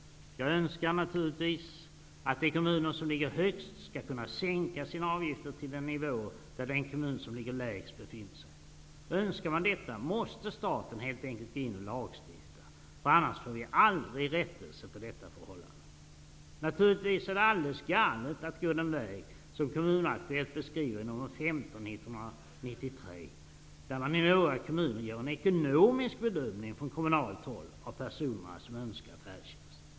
Jag önskar naturligtvis att de kommuner som ligger högst skall kunna sänka sina avgifter till den nivå, där den kommun som ligger lägst befinner sig. Önskar man detta måste staten helt enkelt gå in och lagstifta, för annars får vi aldrig någon rätsida på detta förhållande. Naturligtvis är det alldeles galet att gå den väg som beskrivs i nr 15, 1993 av Kommun-Aktuellt, där man från kommunalt håll gör en ekonomisk bedömning av de personer som önskar färdtjänst.